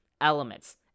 elements